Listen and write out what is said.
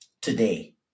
today